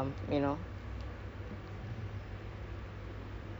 oh but then that semester break is I think is just macam cari